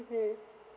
mmhmm